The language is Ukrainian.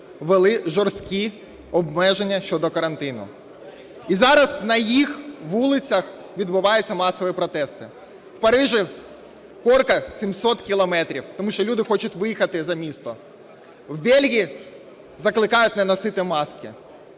ввели жорсткі обмеження щодо карантину. І зараз на їх вулицях відбуваються масові протести. В Парижі корка 700 кілометрів, тому що люди хочуть виїхати за місто. В Бельгії закликають не носити маски.